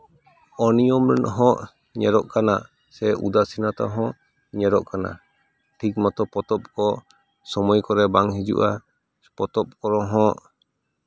ᱚᱱᱤᱭᱚᱢ ᱨᱮᱱ ᱦᱚᱸ ᱧᱮᱞᱚᱜ ᱠᱟᱱᱟ ᱥᱮ ᱩᱫᱟᱥᱤᱱᱚᱛᱟ ᱦᱚᱸ ᱧᱮᱞᱚᱜ ᱠᱟᱱᱟ ᱴᱷᱤᱠ ᱢᱚᱛᱚ ᱯᱚᱛᱚᱵ ᱠᱚ ᱥᱚᱢᱚᱭ ᱠᱚᱨᱮ ᱵᱟᱝ ᱦᱤᱡᱩᱜᱼᱟ ᱯᱚᱛᱚᱵ ᱠᱚᱦᱚᱸ